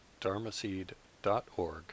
dharmaseed.org